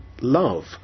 love